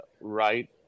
right